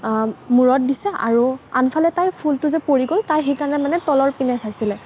মূৰত দিছে আৰু আনফালে তাইৰ ফুলটো যে পৰি গ'ল তাই সেইকাৰণে মানে তলৰ পিনে চাইছিলে